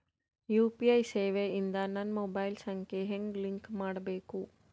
UPI ಸೇವೆ ಇಂದ ನನ್ನ ಮೊಬೈಲ್ ಸಂಖ್ಯೆ ಹೆಂಗ್ ಲಿಂಕ್ ಮಾಡಬೇಕು?